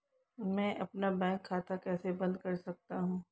मैं अपना बैंक खाता कैसे बंद कर सकता हूँ?